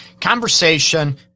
conversation